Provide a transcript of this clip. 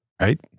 right